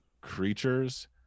creatures